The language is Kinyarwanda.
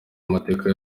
amateka